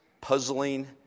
puzzling